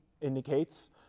indicates